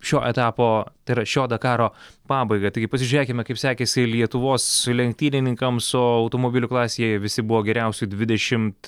šio etapo tai yra šio dakaro pabaigą taigi pasižiūrėkime kaip sekėsi lietuvos lenktynininkams o automobilių klasėje visi buvo geriausi dvidešimt